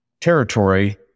territory